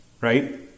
Right